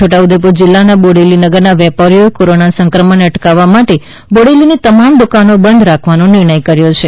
છોટા ઉદેપુર જીલ્લાના બોડેલી નગરના વેપારીઓએ કોરોના સંક્રમણને અટકાવવા માટે બોડેલીની તમામ દુકાનો બંધ રાખવાનો નિર્ણય કર્યો છે